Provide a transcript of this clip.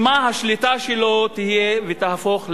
שמא השליטה שלו תהיה ותהפוך להתעמרות.